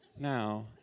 Now